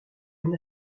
une